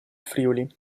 friuli